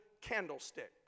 candlesticks